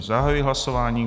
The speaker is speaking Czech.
Zahajuji hlasování.